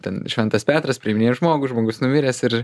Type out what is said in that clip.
ten šventas petras priiminėja žmogų žmogus numiręs ir